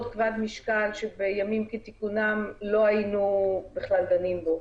כבד משקל שבימים כתיקונם לא היינו בכלל דנים בו.